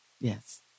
Yes